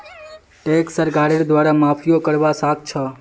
tax सरकारेर द्वारे माफियो करवा सख छ